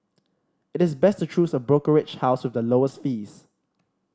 it is best to choose a brokerage house with the lowest fees